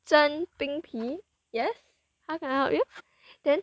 蒸冰皮 yes how can I help you then